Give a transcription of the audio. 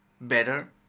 better